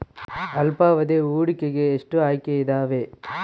ಅಲ್ಪಾವಧಿ ಹೂಡಿಕೆಗೆ ಎಷ್ಟು ಆಯ್ಕೆ ಇದಾವೇ?